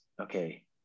okay